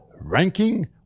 ranking